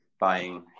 buying